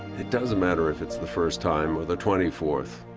it doesn't matter if it's the first time or the twenty fourth,